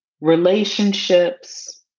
relationships